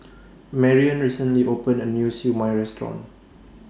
Marion recently opened A New Siew Mai Restaurant